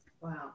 Wow